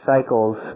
cycles